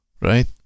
right